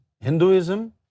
Hinduism